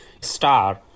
star